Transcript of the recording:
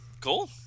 Cool